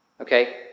okay